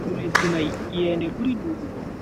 Hawlu lesdi mai iyende buri dudugo.